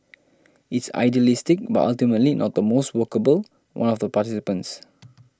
it's idealistic but ultimately not the most workable one of the participants